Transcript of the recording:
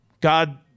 God